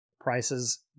prices